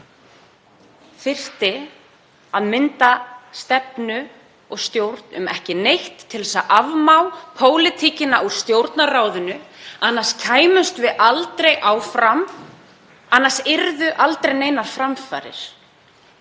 þyrfti að mynda stefnu og stjórn um ekki neitt til að afmá pólitíkina úr Stjórnarráðinu, annars kæmumst við aldrei áfram, annars yrðu aldrei neinar framfarir.